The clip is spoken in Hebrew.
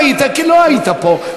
את זה, לא ראית כי לא היית פה.